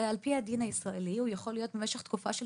על פי הדין הישראלי הוא יכול להיות במשך תקופה של